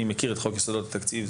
אני מכיר את חוק יסודות התקציב,